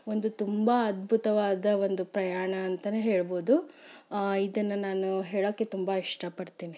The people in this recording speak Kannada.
ಒಂದು ತುಂಬ ಅದ್ಭುತವಾದ ಒಂದು ಪ್ರಯಾಣ ಅಂತಲೇ ಹೇಳಬಹುದು ಇದನ್ನು ನಾನು ಹೇಳೋಕೆ ತುಂಬ ಇಷ್ಟ ಪಡ್ತೀನಿ